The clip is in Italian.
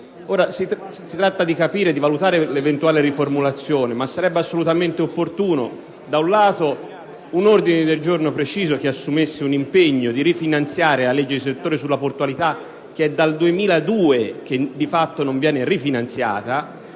si tratta di capire e valutare l'eventuale riformulazione. Sarebbe però assolutamente opportuno - da un lato - un ordine del giorno preciso che si assuma l'impegno di rifinanziare la legge di settore sulla portualità, la quale dal 2002 di fatto non viene rifinanziata;